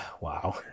Wow